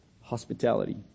Hospitality